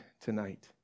tonight